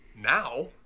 Now